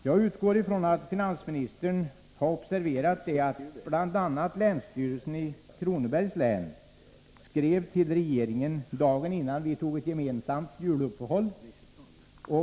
Jag utgår ifrån att finansministern har observerat att bl.a. länsstyrelsen i Kronobergs län skrev till regeringen dagen före det gemensamma juluppehållet.